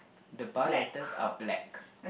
the bar letters are black